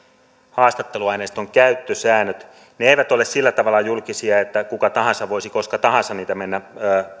haastatteluaineiston käyttösäännöt ne eivät ole sillä tavalla julkisia että kuka tahansa voisi koska tahansa niitä mennä